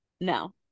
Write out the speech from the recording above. No